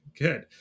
Good